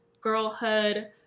girlhood